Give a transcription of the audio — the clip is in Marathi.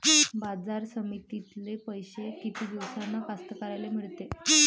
बाजार समितीतले पैशे किती दिवसानं कास्तकाराइले मिळते?